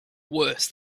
worse